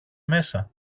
μέσα